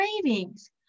cravings